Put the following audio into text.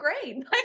great